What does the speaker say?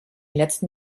letzten